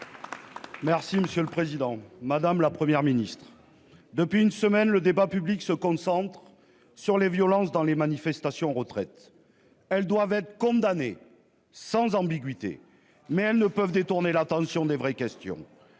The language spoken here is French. Merci monsieur le président, madame, la Première ministre depuis une semaine le débat public se concentre sur les violences dans les manifestations. Retraites, elles doivent être condamnés sans ambiguïté mais elles ne peuvent détourner l'attention des vraies questions.